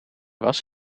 was